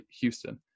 Houston